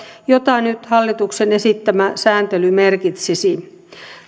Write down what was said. jota nyt hallituksen esittämä sääntely merkitsisi